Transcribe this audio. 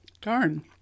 Darn